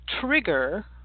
trigger